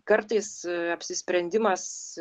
kartais apsisprendimas